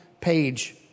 page